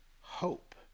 hope